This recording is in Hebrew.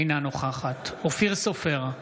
אינה נוכחת אופיר סופר,